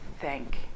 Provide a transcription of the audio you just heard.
thank